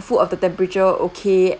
food of the temperature okay